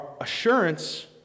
assurance